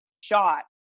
shot